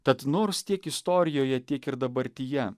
tad nors tiek istorijoje tiek ir dabartyje